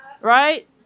right